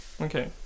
Okay